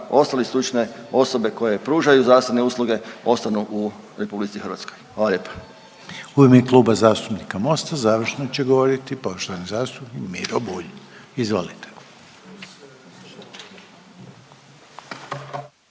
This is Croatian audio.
ostale stručne osobe koje pružaju zdravstvene usluge ostanu u RH, hvala lijepa. **Reiner, Željko (HDZ)** U ime Kluba zastupnika Mosta završno će govoriti poštovani zastupnik Miro Bulj, izvolite.